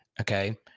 okay